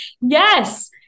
Yes